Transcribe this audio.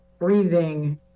breathing